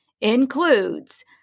includes